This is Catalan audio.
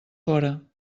fora